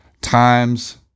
times